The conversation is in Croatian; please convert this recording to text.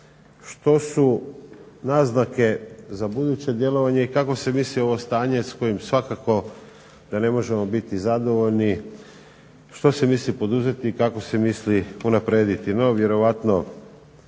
što su naznake za buduće djelovanje i kako se misli ovo stanje s kojim svakako da ne možemo biti zadovoljni, što se misli poduzeti, kako se misli unaprijediti?